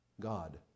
God